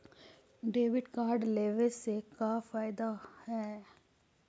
Debit card लेवे से का का फायदा है?